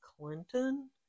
Clinton